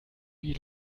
wie